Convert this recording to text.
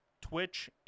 twitch